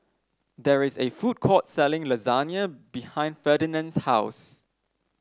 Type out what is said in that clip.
there is a food court selling Lasagne behind Ferdinand's house